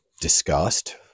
discussed